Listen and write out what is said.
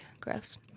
Gross